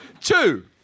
Two